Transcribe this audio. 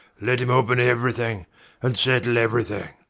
let him open everything and settle everything.